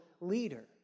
leader